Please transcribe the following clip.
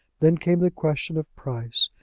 then came the question of price,